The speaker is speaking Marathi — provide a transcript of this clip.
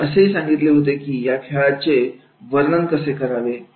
मी असेही सांगितले होते की या खेळाचे वर्णन कसे करावे